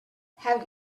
have